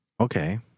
Okay